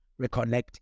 reconnect